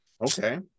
Okay